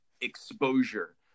exposure